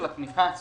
כפי שכולכם יודעים,